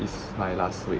is my last week